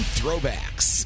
Throwbacks